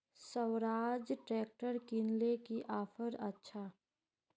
Swaraj tractor किनले की offer अच्छा?